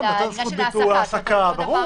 אלא העניין של ההעסקה עצמו.